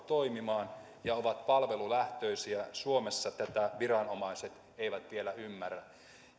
toimimaan ja ollaan palvelulähtöisiä suomessa tätä viranomaiset eivät vielä ymmärrä